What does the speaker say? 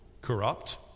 corrupt